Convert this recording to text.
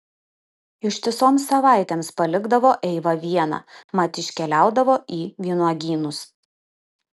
ištisoms savaitėms palikdavo eivą vieną mat iškeliaudavo į vynuogynus